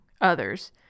others